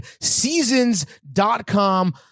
Seasons.com